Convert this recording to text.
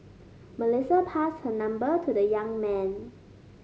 Melissa passed her number to the young man